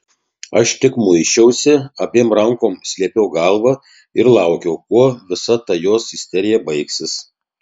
aš tik muisčiausi abiem rankom slėpiau galvą ir laukiau kuo visa ta jos isterija baigsis